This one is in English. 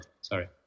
sorry